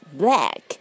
black